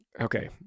okay